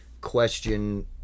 question